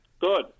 Good